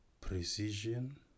precision